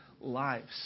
lives